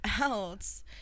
else